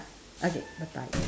okay bye bye